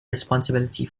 responsibility